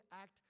act